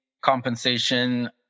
compensation